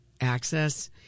access